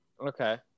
Okay